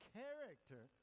character